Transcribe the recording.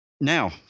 Now